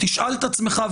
תשאל את עצמך,